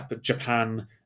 Japan